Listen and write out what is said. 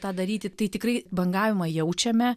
tą daryti tai tikrai bangavimą jaučiame